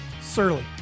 Surly